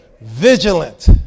Vigilant